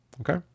okay